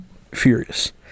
furious